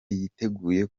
yiteguye